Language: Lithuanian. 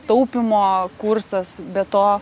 taupymo kursas be to